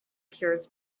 cures